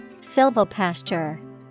Silvopasture